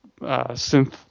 synth